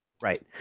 Right